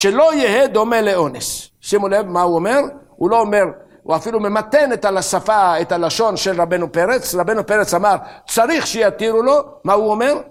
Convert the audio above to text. שלא יהיה דומה לאונס. שימו לב מה הוא אומר. הוא לא אומר, הוא אפילו ממתן את הלשון של רבנו פרץ. רבנו פרץ אמר, צריך שיתירו לו. מה הוא אומר?